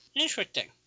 Interesting